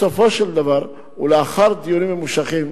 בסופו של דבר, ולאחר דיונים ממושכים,